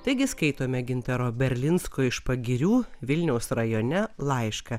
taigi skaitome gintaro berlinsko iš pagirių vilniaus rajone laišką